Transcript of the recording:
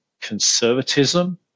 conservatism